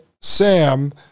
Sam